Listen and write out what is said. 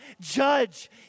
judge